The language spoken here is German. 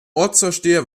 ortsvorsteher